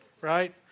Right